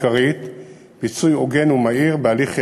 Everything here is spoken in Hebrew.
קריאה ראשונה.